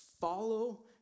Follow